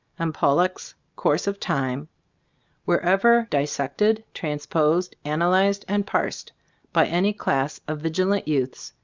and pollok's course of time were ever dissected, transposed, ana lyzed and parsed by any class of vigilant youths,